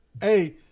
Hey